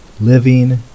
Living